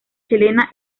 chilena